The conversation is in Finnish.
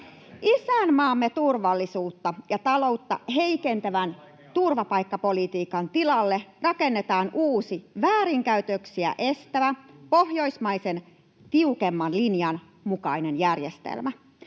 Isänmaamme turvallisuutta ja taloutta heikentävän turvapaikkapolitiikan tilalle rakennetaan uusi, väärinkäytöksiä estävä, pohjoismaisen, tiukemman linjan mukainen järjestelmä.